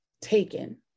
taken